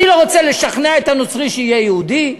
אני לא רוצה לשכנע את הנוצרי שיהיה יהודי,